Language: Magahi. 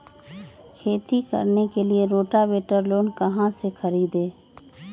खेती करने के लिए रोटावेटर लोन पर कहाँ से खरीदे?